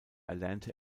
erlernte